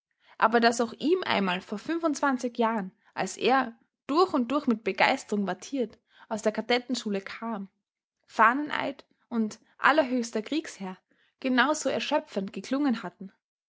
aber daß auch ihm einmal vor fünfundzwanzig jahren als er durch und durch mit begeisterung wattiert aus der kadettenschule kam fahneneid und allerhöchster kriegsherr genau so erschöpfend geklungen hatten